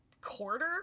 quarter